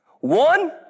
One